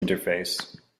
interface